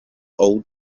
old